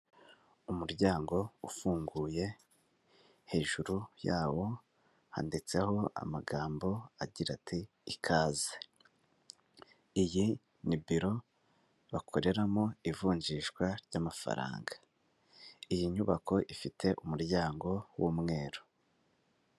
Umuryango ufunguye, hejuru yawo handitseho amagambo agira ati "ikaze." Iyi ni biro bakoreramo ivunjishwa ry'amafaranga. Iyi nyubako ifite umuryango w'umweru.